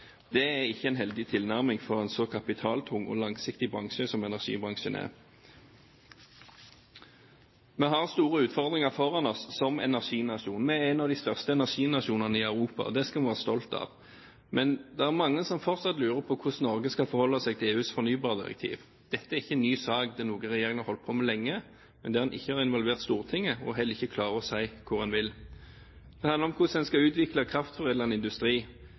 Det er ikke en heldig tilnærming for en så kapitaltung og langsiktig bransje som energibransjen er. Vi har som energinasjon store utfordringer foran oss. Vi er en av de største energinasjonene i Europa. Det skal vi være stolte av. Men det er mange som fortsatt lurer på hvordan Norge skal forholde seg til EUs fornybardirektiv. Dette er ingen ny sak. Det er noe regjeringen har holdt på med lenge, men en har ikke involvert Stortinget og har heller ikke klart å si hva en vil – hvordan en skal utvikle kraftforedlende industri,